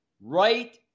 right